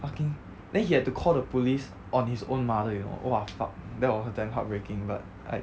fucking then he had to call the police on his own mother you know !wah! fuck that was damn heartbreaking but I